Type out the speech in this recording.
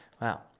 Wow